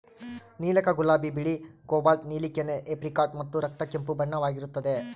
ನೀಲಕ ಗುಲಾಬಿ ಬಿಳಿ ಕೋಬಾಲ್ಟ್ ನೀಲಿ ಕೆನೆ ಏಪ್ರಿಕಾಟ್ ಮತ್ತು ರಕ್ತ ಕೆಂಪು ಬಣ್ಣವಾಗಿರುತ್ತದೆ